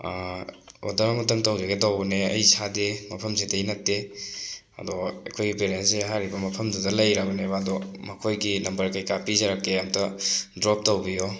order ꯑꯃꯈꯛꯇꯪ ꯇꯧꯖꯒꯦ ꯇꯧꯕꯅꯦ ꯑꯩ ꯏꯁꯥꯗꯤ ꯃꯐꯝꯁꯤꯗꯩ ꯅꯠꯇꯦ ꯑꯗꯣ ꯑꯩꯈꯣꯏ ꯄꯦꯔꯦꯟꯁꯁꯦ ꯍꯥꯏꯔꯤꯕ ꯃꯐꯝꯗꯨꯗ ꯂꯩꯔꯕꯅꯦꯕ ꯑꯗꯣ ꯃꯈꯣꯏꯒꯤ ꯅꯝꯕꯔ ꯀꯩꯀꯥ ꯄꯤꯖꯔꯛꯀꯦ ꯑꯝꯇ ꯗ꯭ꯔꯣꯞ ꯇꯧꯕꯤꯌꯣ